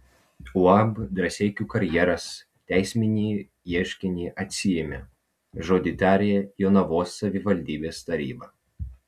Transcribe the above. uab drąseikių karjeras teisminį ieškinį atsiėmė žodį tarė jonavos savivaldybės taryba